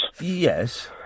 Yes